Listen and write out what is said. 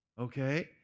okay